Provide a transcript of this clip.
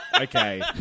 Okay